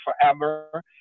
Forever